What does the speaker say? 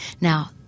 Now